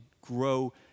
grow